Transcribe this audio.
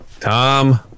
Tom